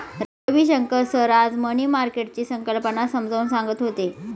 Ravishankar sir आज money मार्केटची संकल्पना समजावून सांगत होते